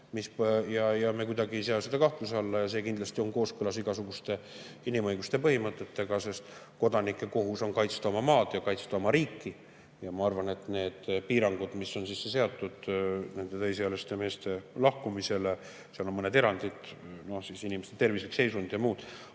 otsus. Me kuidagi ei sea seda kahtluse alla ja see kindlasti on kooskõlas igasuguste inimõiguste põhimõtetega, sest kodanike kohus on kaitsta oma maad ja oma riiki. Ja ma arvan, et neid piiranguid, mis on sisse seatud täisealiste meeste lahkumisele – seal on mõned erandid, inimeste tervislik seisund ja muud